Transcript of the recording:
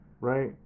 right